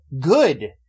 good